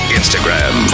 Instagram